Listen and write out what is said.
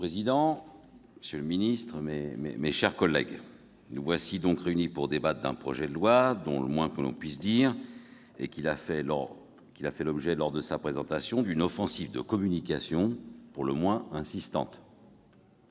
Monsieur le président, monsieur le secrétaire d'État, mes chers collègues, nous voici donc réunis pour débattre d'un projet de loi dont le moins qu'on puisse dire est qu'il a fait l'objet lors de sa présentation d'une offensive de communication pour le moins insistante.